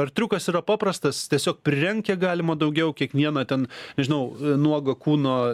ar triukas yra paprastas tiesiog prirenk kiek galima daugiau kiekvieną ten nežinau nuogą kūno